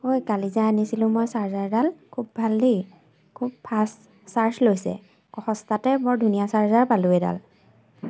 ঐ কালি যে আনিছিলোঁ মই চাৰ্জাৰডাল খুব ভাল দি খুব ফাষ্ট চাৰ্জ লৈছে সস্তাতে বৰ ধুনীয়া চাৰ্জাৰ পালোঁ এইডাল